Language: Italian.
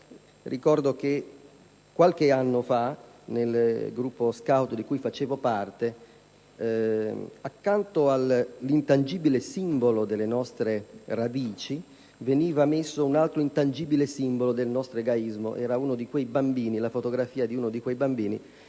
Ricordo che qualche anno fa nel gruppo *scout* di cui facevo parte accanto all'intangibile simbolo delle nostre radici, veniva messo un altro intangibile simbolo del nostro egoismo: era la fotografia di uno di quei bambini